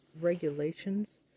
regulations